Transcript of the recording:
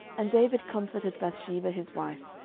and david comforted bathsheba his wife,